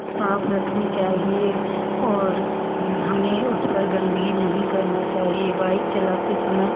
साफ़ रखनी चाहिए और हमें उस पर गंदगी नहीं करना चाहिए बाइक चलाते समय